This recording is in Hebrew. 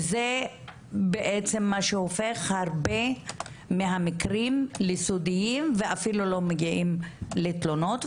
זה בעצם מה שהופך הרבה מהמקרים לסודיים ואפילו לא מגיעים לתלונות,